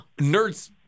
Nerds